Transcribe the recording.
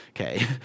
Okay